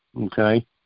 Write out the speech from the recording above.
okay